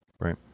Right